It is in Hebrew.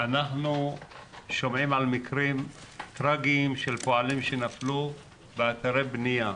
אנחנו שומעים על מקרים טרגיים של פועלים שנפלו באתרי בנייה.